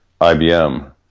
IBM